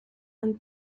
and